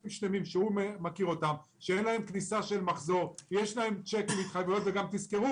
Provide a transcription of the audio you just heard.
ענפים שהוא מכיר אותם חסומים תזרימית והעובדים כרגע